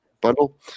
bundle